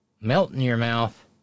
melt-in-your-mouth